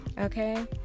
okay